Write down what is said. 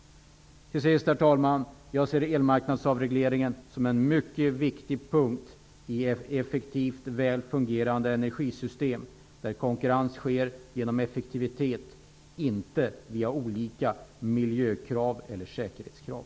Till sist vill jag säga att jag ser elmarknadsavregleringen som en mycket viktig punkt för att få ett effektivt och väl fungerande energisystem. Konkurrens skall ske genom effektivitet, inte via olika miljökrav eller säkerhetskrav.